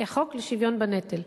חוק לשוויון בנטל?